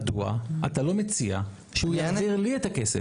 מדוע אתה לא מציע שהוא יעביר לי את הכסף?